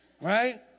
Right